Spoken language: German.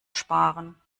sparen